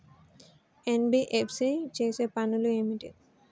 NBFC చేసే పనులు ఏమిటి?